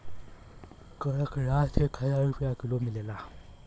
कड़कनाथ एक हजार रुपिया किलो मिलेला